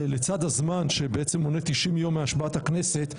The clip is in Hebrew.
לצד הזמן שבעצם מונה 90 יום מהשבעת הכנסת,